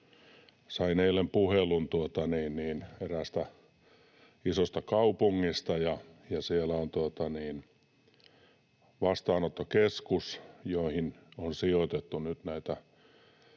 Sain eilen puhelun eräästä isosta kaupungista, ja siellä on vastaanottokeskus, johon on sijoitettu nyt näitä